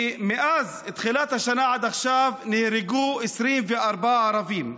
כי מאז תחילת השנה עד עכשיו נהרגו 24 ערבים.